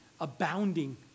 Abounding